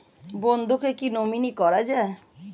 বন্ধুকে কী নমিনি করা যায়?